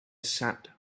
sat